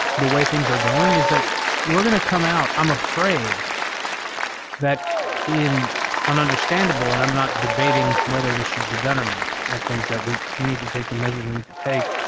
the way things are going is that we're going to come out i'm afraid that in an understandable, and i'm not debating whether this should be done or not. i think that we need to take the measures we need to take.